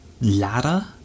ladder